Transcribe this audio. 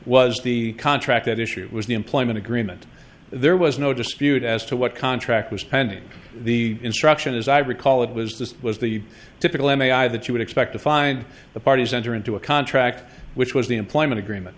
was the contract at issue was the employment agreement there was no dispute as to what contract was pending the instruction as i recall it was this was the typical m a o i that you would expect to find the parties enter into a contract which was the employment agreement